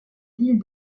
ville